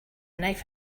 knife